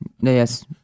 yes